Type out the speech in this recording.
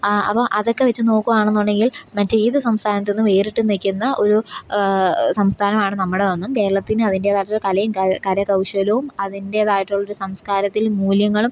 ആ അപ്പം അതൊക്കെ വച്ച് നോക്കുകയാണെന്നുണ്ടെങ്കിൽ മറ്റേത് സംസ്ഥാനത്തുനിന്നും വേറിട്ട് നിൽക്കുന്ന ഒരു സംസ്ഥാനമാണ് നമ്മുടേതെന്നും കേരളത്തിന് അതിന്റേതായിട്ടുള്ള കലയും കരകൗശലവും അതിന്റേതായിട്ടുള്ളൊരു സംസ്കാരത്തിൽ മൂല്യങ്ങളും